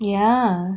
ya